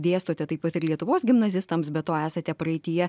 dėstote taip pat ir lietuvos gimnazistams be to esate praeityje